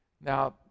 Now